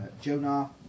Jonah